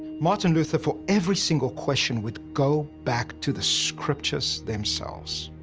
martin luther, for every single question, would go back to the scriptures themselves.